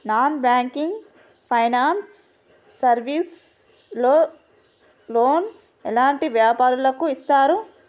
Non banking finance service లో loan ఎలాంటి వ్యాపారులకు ఇస్తరు?